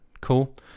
cool